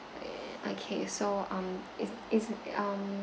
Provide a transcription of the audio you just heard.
err okay so um is is um